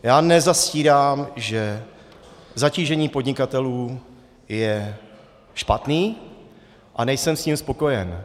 Já nezastírám, že zatížení podnikatelů je špatné, a nejsem s tím spokojen.